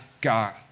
God